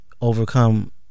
overcome